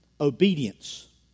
obedience